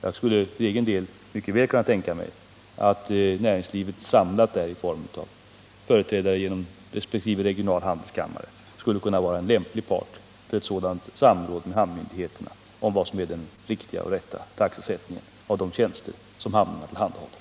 Jag skulle för egen del mycket väl kunna tänka mig att näringslivet, samlat i form av företrädare inom resp. regionala handelskammare, skulle kunna vara en lämplig part för ett sådant samråd med hamnmyndigheterna om vad som är den riktiga och rätta taxesättningen av de tjänster som hamnarna tillhandahåller.